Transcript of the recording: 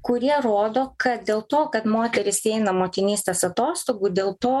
kurie rodo kad dėl to kad moteris eina motinystės atostogų dėl to